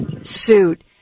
suit